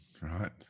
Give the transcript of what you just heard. right